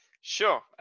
Sure